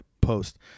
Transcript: post